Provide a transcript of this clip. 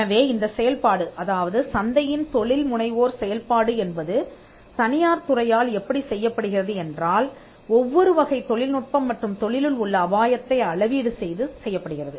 எனவே இந்த செயல்பாடு அதாவது சந்தையின் தொழில்முனைவோர் செயல்பாடு என்பது தனியார் துறையால் எப்படி செய்யப்படுகிறது என்றால்ஒவ்வொரு வகை தொழில்நுட்பம் மற்றும் தொழிலில் உள்ள அபாயத்தை அளவீடு செய்து செய்யப்படுகிறது